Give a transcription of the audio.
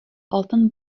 алтын